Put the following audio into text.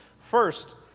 first,